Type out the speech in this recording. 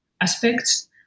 aspects